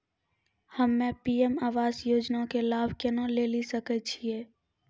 हम्मे पी.एम आवास योजना के लाभ केना लेली सकै छियै?